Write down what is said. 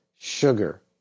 sugar